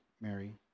Mary